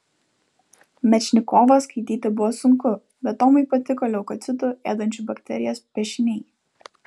mečnikovą skaityti buvo sunku bet tomui patiko leukocitų ėdančių bakterijas piešiniai